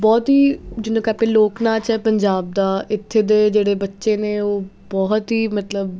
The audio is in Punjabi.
ਬਹੁਤ ਹੀ ਜਿਹਨੂੰ ਕੈਪੇ ਲੋਕ ਨਾਚ ਹੈ ਪੰਜਾਬ ਦਾ ਇੱਥੇ ਦੇ ਜਿਹੜੇ ਬੱਚੇ ਨੇ ਉਹ ਬਹੁਤ ਹੀ ਮਤਲਬ